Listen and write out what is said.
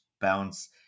bounce